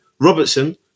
Robertson